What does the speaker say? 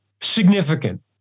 significant